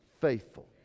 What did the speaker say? faithful